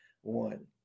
one